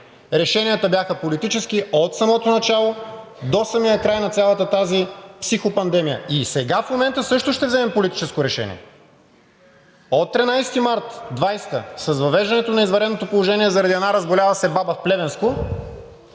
решенията бяха политически от самото начало до самия край на цялата тази психопандемия. Сега в момента също ще вземем политическо решение. От 13 март 2020 г. – с въвеждането на извънредното положение заради една разболяла се баба в Плевенско,